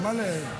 למה צריך